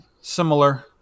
similar